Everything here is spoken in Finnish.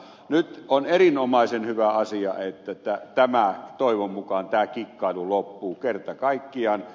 nyt on erinomaisen hyvä asia että toivon mukaan tämä kikkailu loppuu kerta kaikkiaan